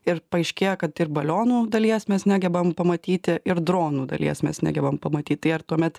ir paaiškėja kad ir balionų dalies mes negebam pamatyti ir dronų dalies mes negebam pamatyt tai ar tuomet